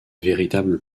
véritables